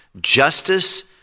justice